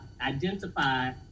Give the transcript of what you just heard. identify